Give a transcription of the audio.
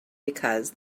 because